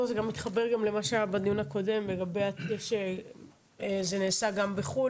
זה מתחבר גם למה שהיה בדיון הקודם לגבי זה שזה נעשה גם בחו"ל,